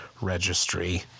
registry